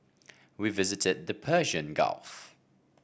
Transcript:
we visited the Persian Gulf